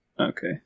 Okay